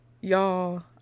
Y'all